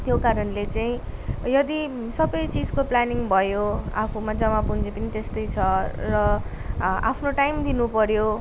त्यो कारणले चाहिँ यदि सबै चिजको प्लानिङ भयो आफूमा जमा पुँजी पनि त्यस्तै छ र आ आफ्नो टाइम दिनुपऱ्यो